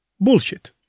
Bullshit